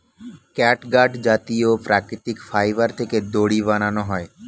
catgut জাতীয় প্রাকৃতিক fibre থেকে দড়ি বানানো হয়